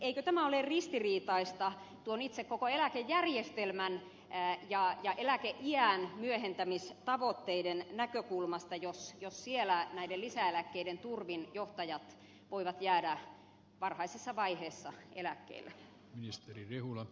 eikö tämä ole ristiriitaista itse koko eläkejärjestelmän ja eläkeiän myöhentämistavoitteiden näkökulmasta jos näiden lisäeläkkeiden turvin johtajat voivat jäädä varhaisessa vaiheessa eläkkeelle